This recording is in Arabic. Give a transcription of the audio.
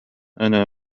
أنا